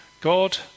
God